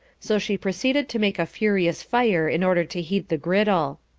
so she proceeded to make a furious fire, in order to heat the griddle.